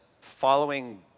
following